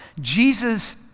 Jesus